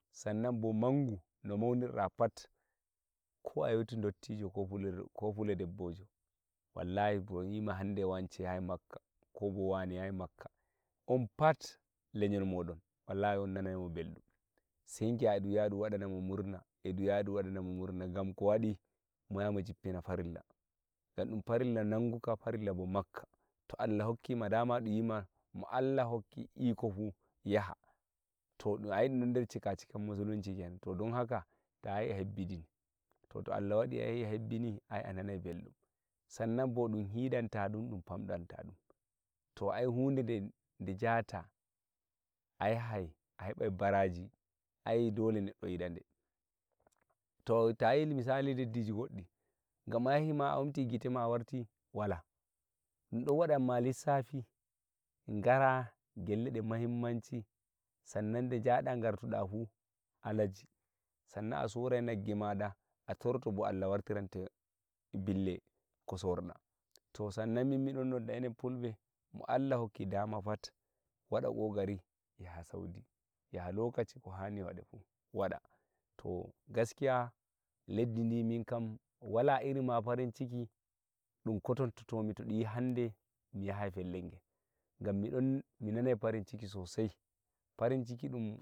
sannan bo mangu no maunirɗa pat ko a heutu dottijo ko fullo debbojo wallahi bo yima hande wance yahai makka kobo wane yahai makka kobo wane yahai makka on pat lenyol modon wallahi on nanai mo beldum sei ni gi'a e ɗun yaha e ɗun waɗa namo murna e ɗun yaha e dum wadana mo murna ngam ko waɗi mo yahai mo jippina farilla ngam ɗun farilla nanguka mo farillah bo makka to Allah hokkuma dama yima mo Allah hokki mo fuu yaha to ai dun don nder cikacikar musulunci kenan to don haka tayi a hebbidiri to Allah waɗi ayahi a hebbini ai a nanai belɗum san nan bo dum hiɗanta ɗum duk famɗanta ɗum to ai hude den de jataa a yahai a heɓai baraji ai dole neddo yiɗa de to tayi misaliji ngoddi ngam a yahi ma a omti ngite ma a warti wala ɗum ɗon waɗan ma lissafi ngara gelle ɗe mahimmaci san nan de jaɗa ngartuɗa fuu Alaji san nan a sorai nagge maɗa a torto bo Allah wartintae bille ko sorɗa to san nan miɗon nodda enen fulɓe mo Allah hokki dama pat waɗa kokari yaha saudi yaha lokaci ko hani waɗa fu waɗa to gaskiya leddi ndi minkam wala iri ma farinciki ɗum ko kotontotomi to ɗum yi handemi yahai fellel ngel ngam miɗon mi nanai farinciki sosai farinciki ɗum